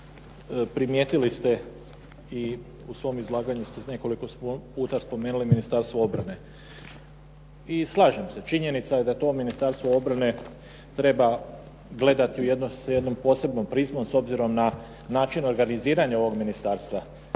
u svom izlaganju ste nekoliko puta spomenuli Ministarstvo obrane. I slažem se, činjenica je da to Ministarstvo obrane treba gledati sa jednom posebnom prizmom s obzirom na način organiziranja ovog ministarstva.